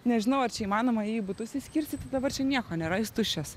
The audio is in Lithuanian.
nežinau ar čia įmanoma jį į butus išskirstyti dabar čia nieko nėra jis tuščias